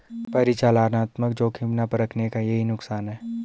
परिचालनात्मक जोखिम ना परखने का यही नुकसान है